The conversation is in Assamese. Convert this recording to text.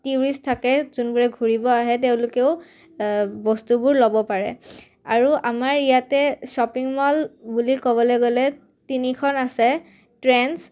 টিউৰিষ্ট থাকে যোনবোৰে ঘূৰিব আহে তেওঁলোকেও বস্তুবোৰ ল'ব পাৰে আৰু আমাৰ ইয়াতে শ্বপিং মল বুলি ক'বলৈ গ'লে তিনিখন আছে ট্ৰেন্ছ